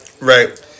right